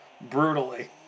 Brutally